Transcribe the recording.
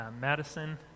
Madison